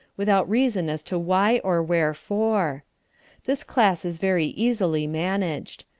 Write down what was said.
without reason as to why or wherefore. this class is very easily managed.